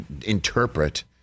interpret